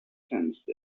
sensed